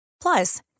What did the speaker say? Plus